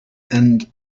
and